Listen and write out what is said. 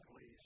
please